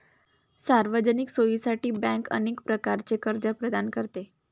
सार्वजनिक सोयीसाठी बँक अनेक प्रकारचे कर्ज प्रदान करते